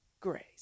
Grace